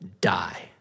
die